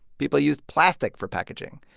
people used plastic for packaging.